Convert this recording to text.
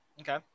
Okay